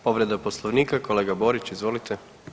Povreda Poslovnika, kolega Borić izvolite.